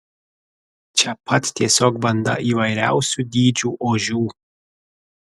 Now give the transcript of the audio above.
čia pat tiesiog banda įvairiausių dydžių ožių